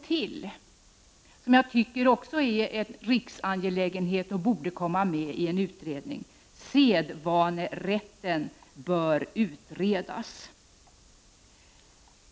Ytterligare en sak som jag anser är en riksangelägenhet är att sedvanerätten utreds.